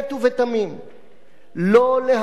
לא להרים יד נגד חוק השבות.